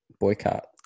Boycott